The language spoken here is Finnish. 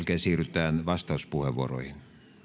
siirrytään vastauspuheenvuoroihin